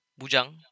Bujang